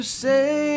say